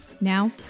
Now